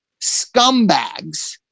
scumbags